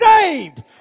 saved